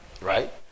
Right